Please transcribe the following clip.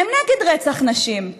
הם נגד רצח נשים,